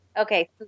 Okay